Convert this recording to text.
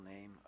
name